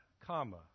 comma